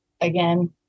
again